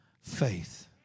faith